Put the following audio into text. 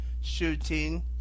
shooting